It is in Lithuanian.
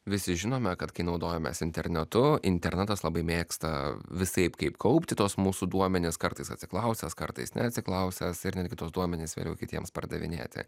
visi žinome kad kai naudojamės internetu internetas labai mėgsta visaip kaip kaupti tuos mūsų duomenis kartais atsiklausęs kartais neatsiklausęs ir netgi tuos duomenis vėliau kitiems pardavinėti